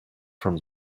from